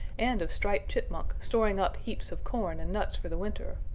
and of striped chipmunk storing up heaps of corn and nuts for the winter,